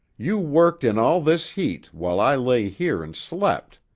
you worked in all this heat, while i lay here and slept.